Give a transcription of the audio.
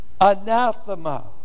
Anathema